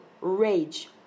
rage